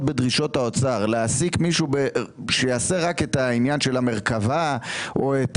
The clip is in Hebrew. בדרישות האוצר - להעסיק מישהו שיעשה את העניין של המרכבה או את